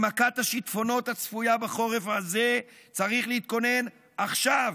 למכת השיטפונות הצפויה בחורף הזה צריך להתכונן עכשיו.